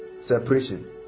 Separation